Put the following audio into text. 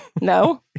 No